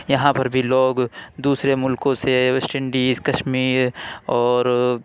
یہاں پر بھی لوگ دوسرے ملکوں سے ویسٹ انڈیز کشمیر اور